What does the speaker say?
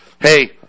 hey